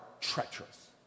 treacherous